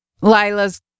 Lila's